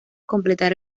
completar